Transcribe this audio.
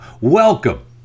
Welcome